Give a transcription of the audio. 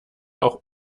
auch